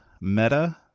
Meta